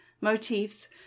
motifs